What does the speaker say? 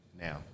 now